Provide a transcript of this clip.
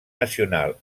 nacional